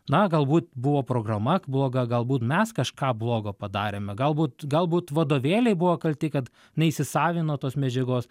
na galbūt buvo programa bloga galbūt mes kažką blogo padarėme galbūt galbūt vadovėliai buvo kalti kad neįsisavino tos medžiagos